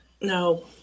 No